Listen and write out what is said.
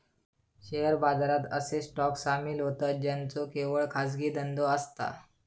share बाजारात असे stock सामील होतं ज्यांचो केवळ खाजगी धंदो असता